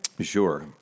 Sure